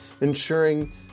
ensuring